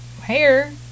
hair